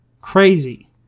crazy